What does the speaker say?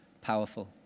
powerful